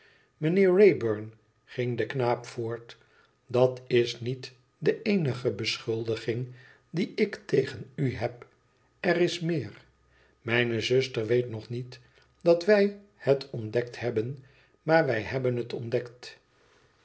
mijnheer wrayburn ging de knaap voort idat is niet de eenige beschuldiging die ik tegen u heb er is meer mijne zuster weet nog niet dat wij het ontdekt hebben maar wij hebben het ontdekt